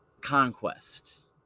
Conquest